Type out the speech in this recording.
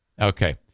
Okay